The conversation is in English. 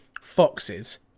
Foxes